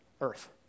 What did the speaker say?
earth